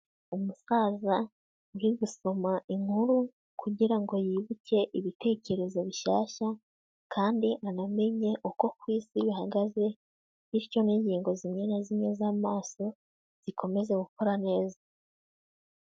Umusaza uri gusoma inkuru, kugira ngo yibuke ibitekerezo bishyashya, kandi anamenye uko ku isi bihagaze, bityo n'ingingo zimwe na zimwe z'amaso zikomeza gukora neza.